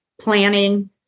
planning